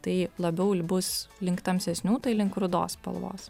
tai labiau bus link tamsesnių tai link rudos spalvos